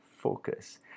focus